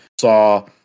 saw